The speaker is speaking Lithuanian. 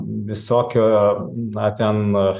visokio na ten